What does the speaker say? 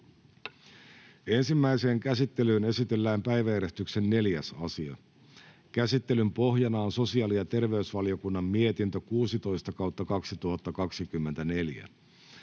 Ensimmäiseen käsittelyyn esitellään päiväjärjestyksen 4. asia. Käsittelyn pohjana on sosiaali- ja terveysvaliokunnan mietintö StVM 16/2024